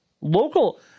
local